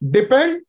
Depend